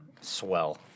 Swell